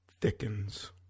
thickens